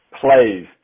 plays